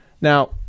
Now